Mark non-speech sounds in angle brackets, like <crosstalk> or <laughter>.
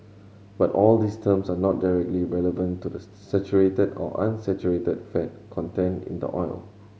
but all these terms are not directly relevant to the <unintelligible> saturated or unsaturated fat content in the oil